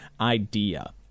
idea